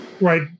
right